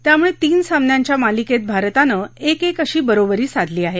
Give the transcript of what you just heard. त्यामुळे तीन सामन्याच्या मालिकेत भारतानं एक एक अशी बरोबरी साधली आहे